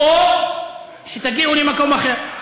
או שתגיעו למקום אחר.